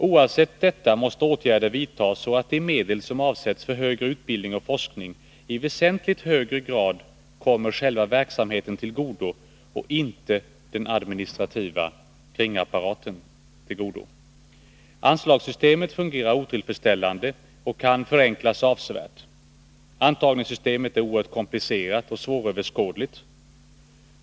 Oavsett detta måste åtgärder vidtas så att de medel som avsätts för högre utbildning och forskning i väsentligt högre grad kommer själva verksamheten till godo och inte den administrativa kringapparaten. Anslagssystemet fungerar otillfredsställande och kan förenklas avsevärt. Antagningssystemet är oerhört komplicerat och svåröverskådligt.